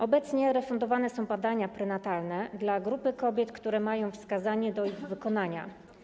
Obecnie refundowane są badania prenatalne dla grupy kobiet, które mają wskazanie do ich wykonania.